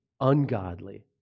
Ungodly